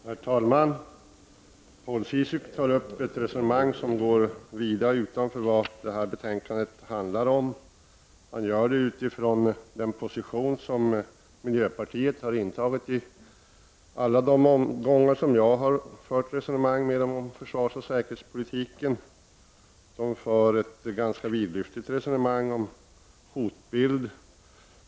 Herr talman! Paul Ciszuk för ett resonemang som går vida utanför vad detta betänkande handlar om. Han gör det utifrån den position som miljöpartisterna har intagit i alla de omgångar som jag har fört resonemang med dem om försvarsoch säkerhetspolitiken. De för ett ganska vidlyftigt resonemang om hotbilden.